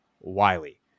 Wiley